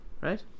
right